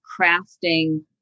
crafting